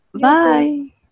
Bye